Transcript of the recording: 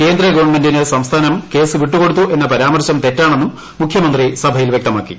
കേന്ദ്ര ഗവൺമെന്റിന് സംസ്ഥാനം കേസ് വിട്ടുകൊടുത്തു എന്ന പരാമർശം തെറ്റാണെന്നും മുഖ്യമന്ത്രി സഭയിൽ വ്യക്തമാക്കി